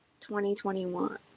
2021